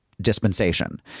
dispensation